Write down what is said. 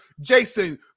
Jason